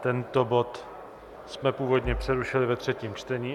Tento bod jsme původně přerušili ve třetím čtení.